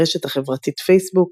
ברשת החברתית פייסבוק